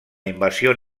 invasió